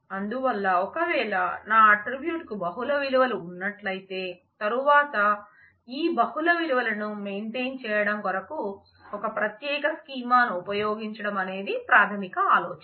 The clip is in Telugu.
అందువల్ల ఒకవేళ నా ఆట్రిబ్యూట్ కు బహుళ విలువలు ఉన్నట్లయితే తరువాత ఈ బహుళ విలువలను మెయింటైన్ చేయడం కొరకు ఒక ప్రత్యేక స్కీమాను ఉపయోగించడం అనేది ప్రాథమిక ఆలోచన